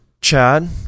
Chad